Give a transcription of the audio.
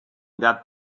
that